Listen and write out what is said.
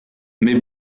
mes